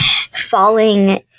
falling